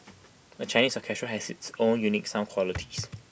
A Chinese orchestra has its own unique sound qualities